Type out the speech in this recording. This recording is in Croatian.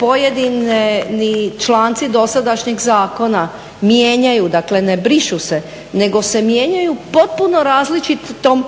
pojedini članci dosadašnjeg zakona mijenjaju, dakle ne brišu se nego se mijenjaju potpuno različitom